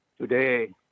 today